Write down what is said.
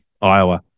Iowa